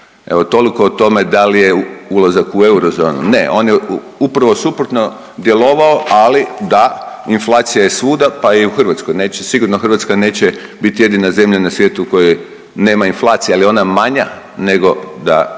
Evo, toliko o tome da li je ulazak u eurozonu, ne, on je upravo suprotno djelovao, ali da, inflacija je svuda pa i u Hrvatskoj, neće sigurno Hrvatska neće biti jedina zemlja na svijetu u kojoj nema inflacije, ali je ona manja nego da